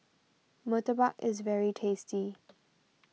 Murtabak is very tasty